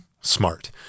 Smart